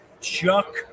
Chuck